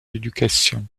éducation